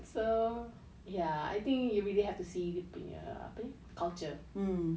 so ya I think you really have to see dia punya apa ni culture